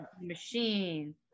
Machine